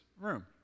room